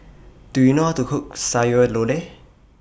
Do YOU know How to Cook Sayur Lodeh